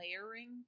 layering